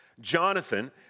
Jonathan